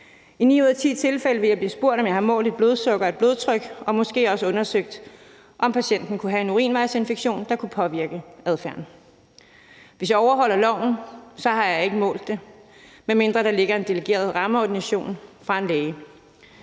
I ni ud af ti tilfælde vil jeg blive spurgt, om jeg har målt blodsukkeret og blodtrykket og måske også undersøgt, om patienten kunne have en urinvejsinfektion, der kunne påvirke adfærden. Hvis jeg overholder loven, har jeg ikke målt det, medmindre der ligger en delegeret rammeordination fra en læge.